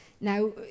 now